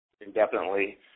indefinitely